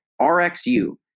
RxU